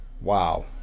Wow